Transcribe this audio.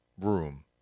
room